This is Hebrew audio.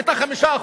היתה 5%,